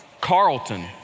Carlton